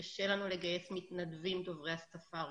קשה לנו לגייס מתנדבים דוברי השפה הרוסית,